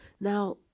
Now